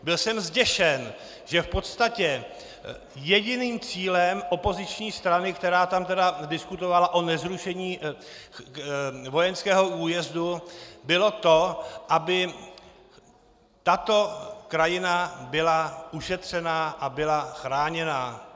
Byl jsem zděšen, že v podstatě jediným cílem opoziční strany, která tam diskutovala o nezrušení vojenského újezdu, bylo to, aby tato krajina byla ušetřena a byla chráněna.